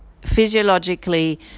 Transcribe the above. physiologically